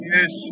Yes